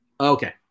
Okay